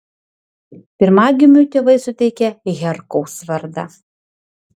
pirmagimiui tėvai suteikė herkaus vardą